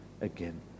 again